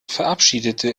verabschiedete